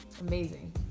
Amazing